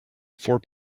four